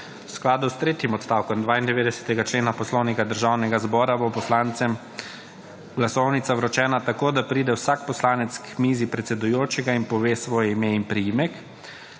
V skladu s tretjim odstavkom 92. člena Poslovnika Državnega zbora bo poslancem glasovnica vročena tako, da pride vsak poslanec k mizi predsedujočega in pove svoje ime in priimek.